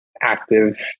active